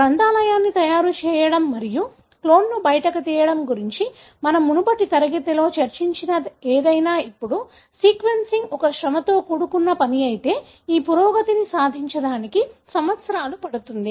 గ్రంథాలయాన్ని తయారు చేయడం మరియు క్లోన్ను బయటకు తీయడం గురించి మనం మునుపటి తరగతిలో చర్చించిన ఏదైనా ఇప్పుడు సీక్వెన్సింగ్ ఒక శ్రమతో కూడుకున్న పని అయితే ఈ పురోగతిని సాధించడానికి సంవత్సరాలు పడుతుంది